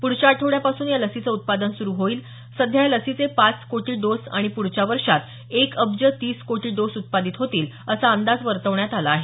पुढच्या आठवड्यापासून या लसीचं उत्पादन सुरू होईल सध्या या लसीचे पाच कोटी डोस आणि पुढच्या वर्षात एक अब्ज तीस कोटी डोस उत्पादित होतील असा अंदाज वर्तवण्यात आला आहे